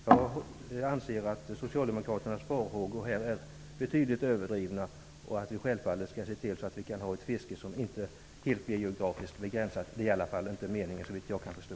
Jag anser att Socialdemokraternas farhågor här är betydligt överdrivna och att vi självfallet skall se till att vi kan ha ett fiske som inte är geografiskt begränsat. Det är i alla fall inte meningen, såvitt jag kan förstå.